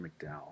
McDowell